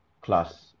class